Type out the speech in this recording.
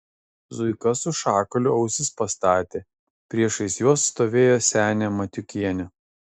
zuika su šakaliu ausis pastatė priešais juos stovėjo senė matiukienė